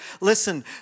Listen